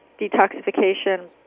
detoxification